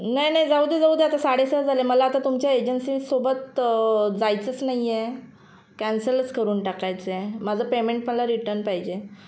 नाही नाही जाऊ दे जाऊ दे आता साडेसहा झाले मला आता तुमच्या एजन्सीसोबत जायचंच नाही आहे कॅन्सलच करून टाकायचं आहे माझं पेमेंट मला रिटन पाहिजे